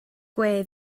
gwe